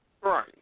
Right